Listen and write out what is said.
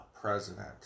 president